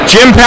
Jim